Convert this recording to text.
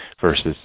versus